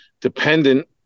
dependent